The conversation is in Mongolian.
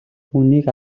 түүнийг